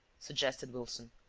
suggested wilson.